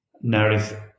Narrative